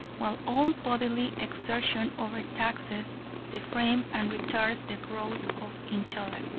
while all bodily exertion over-taxes the frame and retards the growth of intellect.